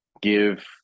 Give